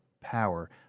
power